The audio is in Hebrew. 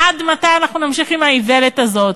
עד מתי אנחנו נמשיך עם האיוולת הזאת?